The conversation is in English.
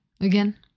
Again